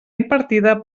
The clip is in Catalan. impartida